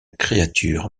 créature